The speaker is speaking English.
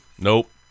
Nope